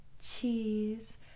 cheese